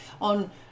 on